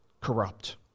corrupt